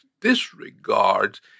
disregards